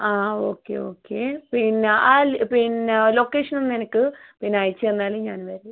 അ okay okay പിന്നെ ആ പിന്നെ ലൊക്കേഷൻ ഒന്ന് എനിക്ക് അയച്ച് തന്നാൽ ഞാൻ എന്തായാലും